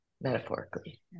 metaphorically